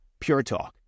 PureTalk